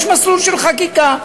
יש מסלול של חקיקה.